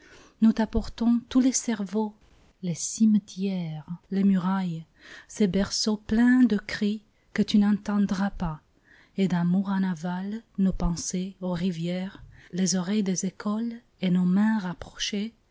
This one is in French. nous t'apportons tous les cerveaux les cimetières les murailles ces berceaux pleins de cris que tu n'entendras pas et d'amont en aval nos pensées ô rivières les oreilles des écoles et nos mains rapprochées